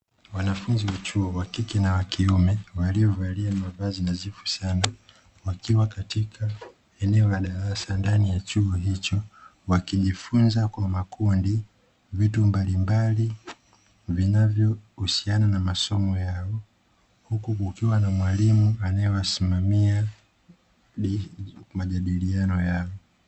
Wanafunzi wa chuo wa kike na wa kiume, waliovalia mavazi nadhifu sana, wakiwa katika eneo la darasa ndani ya chuo hicho. Wakijifunza kwa makundi vitu mbalimbali vinavyohusiana na masomo yao, huku kukiwa na mwalimu anayewasimamia majadiliano yao.